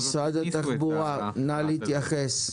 משרד התחבורה, נא להתייחס.